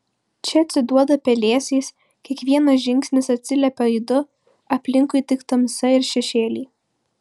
čia atsiduoda pelėsiais kiekvienas žingsnis atsiliepia aidu aplinkui tik tamsa ir šešėliai